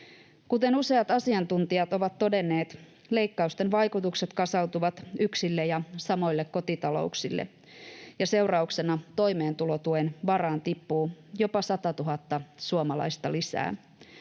Kuten useat asiantuntijat ovat todenneet, leikkausten vaikutukset kasautuvat yksille ja samoille kotitalouksille ja seurauksena toimeentulotuen varaan tippuu jopa 100 000 suomalaista lisää